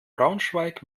braunschweig